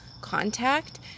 contact